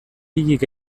hilik